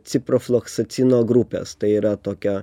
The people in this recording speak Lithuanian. ciprofloksacino grupės tai yra tokia